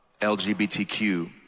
LGBTQ